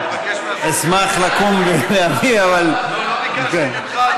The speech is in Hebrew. אשמח לקום ולהביא, אבל, לא ביקשתי ממך,